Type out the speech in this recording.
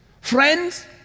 Friends